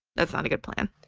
that's not a good plan.